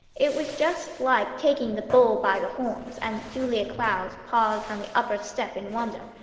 it was just like taking the bull by the horns, and julia cloud paused on the upper step in wonder.